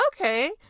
okay